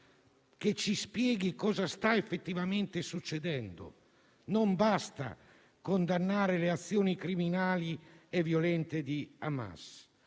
che ci spieghi cosa sta effettivamente succedendo. Non basta condannare le azioni criminali e violente di Hamas,